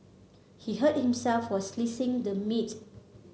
he hurt himself while the meat